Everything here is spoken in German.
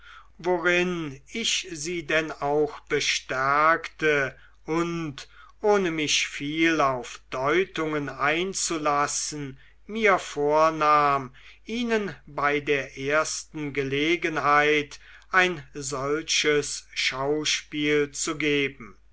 worin ich sie denn auch bestärkte und ohne mich viel auf deutungen einzulassen mir vornahm ihnen bei der ersten gelegenheit ein solches schauspiel zu geben